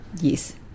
Yes